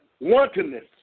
wantonness